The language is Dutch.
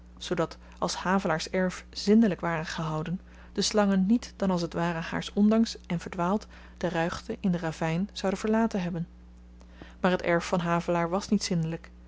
zoodat als havelaars erf zindelyk ware gehouden de slangen niet dan als t ware haars ondanks en verdwaald de ruigte in den ravyn zouden verlaten hebben maar t erf van havelaar was niet zindelyk